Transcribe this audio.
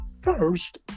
first